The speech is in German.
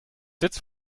jetzt